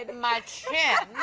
my chin.